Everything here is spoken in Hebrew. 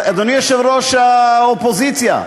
אדוני יושב-ראש האופוזיציה,